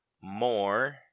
more